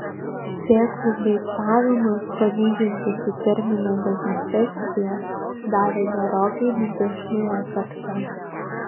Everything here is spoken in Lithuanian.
sėklų beicavimas palyginti su termine dezinfekcija davė gerokai didesnį efektą